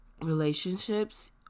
relationships